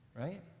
right